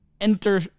enter